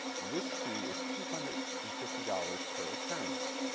this fee is two hundred and fifty dollars per occurrence.